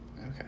okay